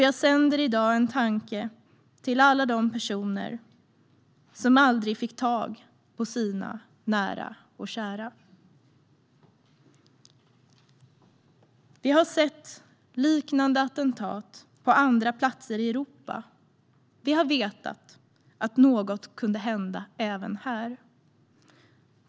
Jag sänder i dag en tanke till alla de personer som aldrig fick tag på sina nära och kära. Vi har sett liknande attentat på andra platser i Europa. Vi har vetat att något kunde hända även här.